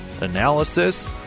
analysis